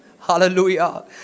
Hallelujah